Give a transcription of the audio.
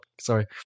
Sorry